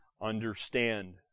understand